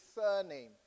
surname